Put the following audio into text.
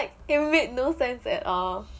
it made no sense at all